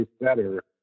better